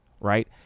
right